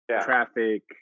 traffic